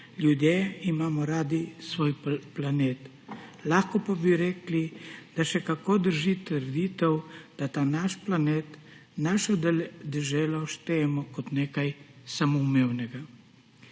ljudje imamo radi svoj planet, lahko pa bi rekli, da še kako drži trditev, da ta naš planet, našo deželo štejemo kot nekaj samoumevnega.